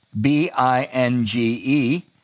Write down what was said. B-I-N-G-E